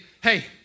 hey